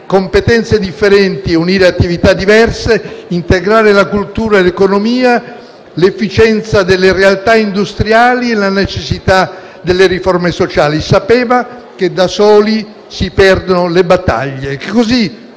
competenze differenti e unire attività diverse, integrare la cultura e l'economia, l'efficienza delle realtà industriali e la necessità delle riforme sociali. Sapeva che da soli si perdono le battaglie.